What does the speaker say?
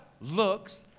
looks